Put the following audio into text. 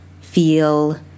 feel